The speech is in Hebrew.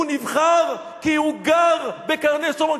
הוא נבחר כי הוא גר בקרני-שומרון,